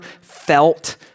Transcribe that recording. felt